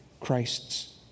Christ's